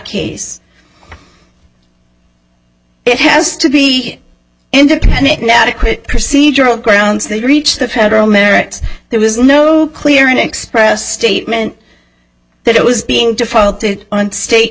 case it has to be independent now to quit procedural grounds they reach the federal meretz there was no clear an express statement that it was being to follow on state